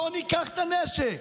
בוא ניקח את הנשק,